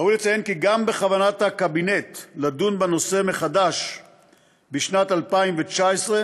ראוי לציין כי גם בכוונת הקבינט לדון בנושא מחדש בשנת 2019,